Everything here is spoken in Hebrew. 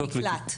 המקלט.